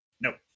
Nope